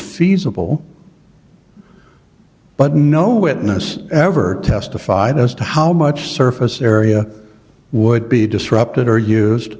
feasible but no witness ever testified as to how much surface area would be disrupted or used